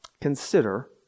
Consider